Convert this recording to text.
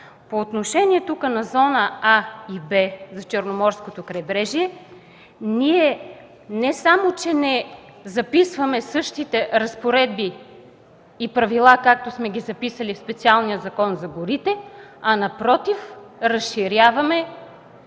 По отношение на зона „А” и „Б” тук – за Черноморското крайбрежие, не само че не записваме същите разпоредби и правила както сме ги записали в специалния Закон за горите, а напротив – разширяваме